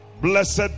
Blessed